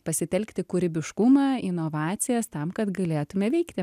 pasitelkti kūrybiškumą inovacijas tam kad galėtume veikti